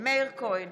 מאיר כהן,